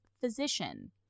Physician